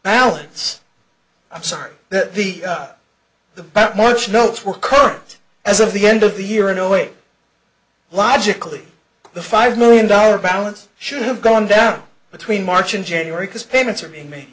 balance i'm sorry that the the morse notes were current as of the end of the year in no way logically the five million dollars balance should have gone down between march and january because payments are being made